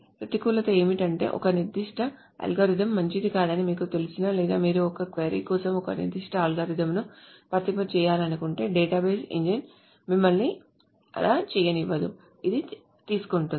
ప్రతికూలత ఏమిటంటే ఒక నిర్దిష్ట అల్గోరిథం మంచిది కాదని మీకు తెలిసినా లేదా మీరు ఒక క్వరీ కోసం ఒక నిర్దిష్ట అల్గారిథమ్ను వర్తింపజేయాలనుకుంటే డేటాబేస్ ఇంజిన్ మిమ్మల్ని అలా చేయనివ్వదు అది తీసుకుంటుంది